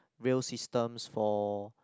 rail systems for